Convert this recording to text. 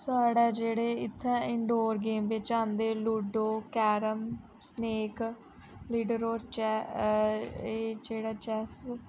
साढ़ै जेह्ड़े इत्थे इनडोर गेम बिच्च आंदे लूडो कैरम स्नेक लीडर होर एह् जेह्ड़ा चैस